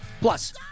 plus